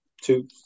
two